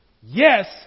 Yes